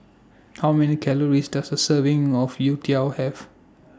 How Many Calories Does A Serving of Youtiao Have